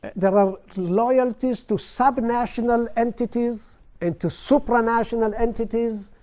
there are loyalties to subnational entities and to supranational entities.